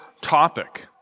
topic